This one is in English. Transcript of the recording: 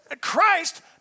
Christ